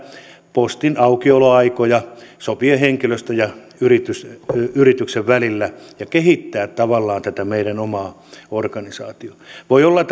postin aukioloaikoja sopia henkilöstön ja yrityksen välillä ja kehittää tavallaan tätä meidän omaa organisaatiota voi olla